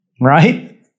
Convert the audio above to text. right